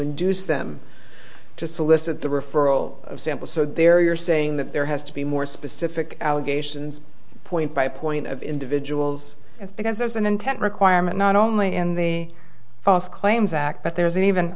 induce them to solicit the referral samples so there you're saying that there has to be more specific allegations point by point of individuals is because there's an intent requirement not only in the false claims act but there's even